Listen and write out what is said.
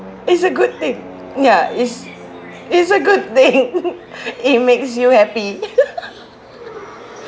it's a good thing ya is is a good thing it makes you happy